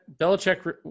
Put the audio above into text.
Belichick